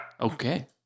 okay